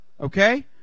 Okay